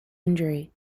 injury